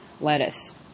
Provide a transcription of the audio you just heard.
lettuce